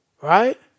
Right